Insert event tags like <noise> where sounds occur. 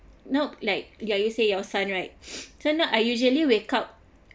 not like ya you say your son right <breath> turn out are usually wake up